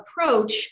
approach